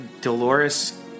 Dolores